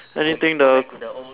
anything the